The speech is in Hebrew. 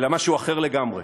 אלא משהו אחר לגמרי,